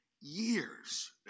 years